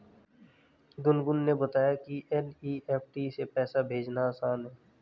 गुनगुन ने बताया कि एन.ई.एफ़.टी से पैसा भेजना आसान है